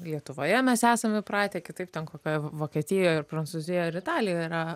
lietuvoje mes esame įpratę kitaip ten kokioj vokietijoj ar prancūzijoj ar italijoj yra